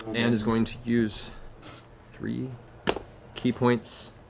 and he's going to use three ki points.